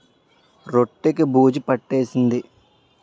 రొట్టె కి బూజు పట్టేసింది